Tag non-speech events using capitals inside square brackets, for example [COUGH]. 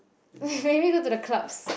[LAUGHS] maybe go to the clubs